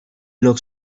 looks